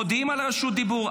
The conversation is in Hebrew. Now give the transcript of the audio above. מודיעים על רשות דיבור.